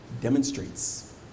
demonstrates